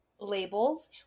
labels